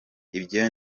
ibyo